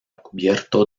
cubierto